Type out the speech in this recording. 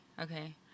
okay